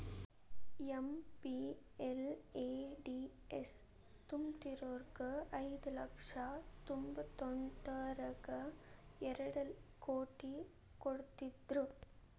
MPLADS ತ್ತೊಂಬತ್ಮುರ್ರಗ ಐದು ಲಕ್ಷ ತೊಂಬತ್ತೆಂಟರಗಾ ಎರಡ್ ಕೋಟಿ ಕೊಡ್ತ್ತಿದ್ರು